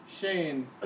Shane